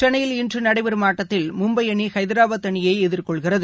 சென்னையில் இன்று நடைபெறும் ஆட்டத்தில் மும்பை அணி ஹைதராபாத் அணியை எதிர்கொள்கிறது